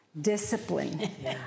discipline